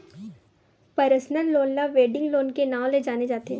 personal loan ल wedding loan के नांव ले जाने जाथे